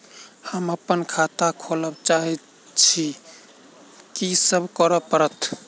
हम अप्पन खाता खोलब चाहै छी की सब करऽ पड़त?